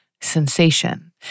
sensation